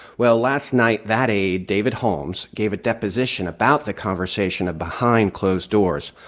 well, last night, that aide, david holmes, gave a deposition about the conversation behind closed doors.